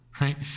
right